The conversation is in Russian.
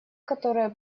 которая